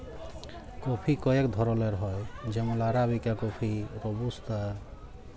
coffee কয়েক ধরলের হ্যয় যেমল আরাবিকা কফি, রবুস্তা